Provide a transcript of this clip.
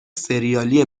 ســریالی